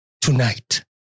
tonight